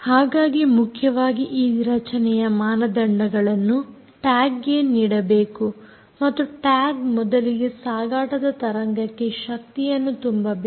ಹಾಗಾಗಿ ಮುಖ್ಯವಾಗಿ ಈ ರಚನೆಯ ಮಾನದಂಡಗಳನ್ನು ಟ್ಯಾಗ್ ಗೆ ನೀಡಬೇಕು ಮತ್ತು ಟ್ಯಾಗ್ ಮೊದಲಿಗೆ ಸಾಗಾಟದ ತರಂಗಕ್ಕೆ ಶಕ್ತಿಯನ್ನು ತುಂಬಬೇಕು